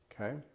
Okay